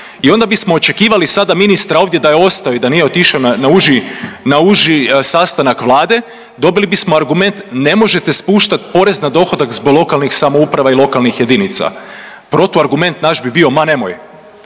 i onda bismo očekivali sada ministra ovdje da je ostao i da nije otišao na uži, na uži sastanak Vlade dobili bismo argument ne možete spuštati porez na dohodak zbog lokalnih samouprava i lokalnih jedinica. Protuargument naš bi bio ma nemoj,